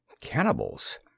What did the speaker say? Cannibals